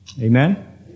Amen